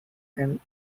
and